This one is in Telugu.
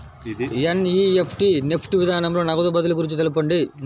ఎన్.ఈ.ఎఫ్.టీ నెఫ్ట్ విధానంలో నగదు బదిలీ గురించి తెలుపండి?